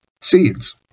Seeds